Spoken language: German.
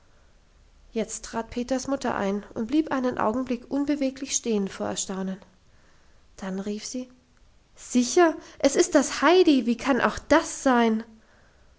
jetzt trat peters mutter herein und blieb einen augenblick unbeweglich stehen vor erstaunen dann rief sie sicher es ist das heidi wie kann auch das sein